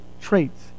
traits